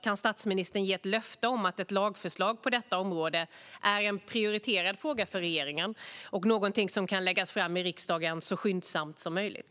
Kan statsministern ge ett löfte om att ett lagförslag på detta område är en prioriterad fråga för regeringen och någonting som kan läggas fram i riksdagen så skyndsamt som möjligt?